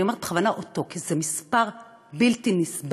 ואני אומרת בכוונה "אותו", כי זה מספר בלתי נסבל